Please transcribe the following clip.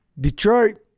Detroit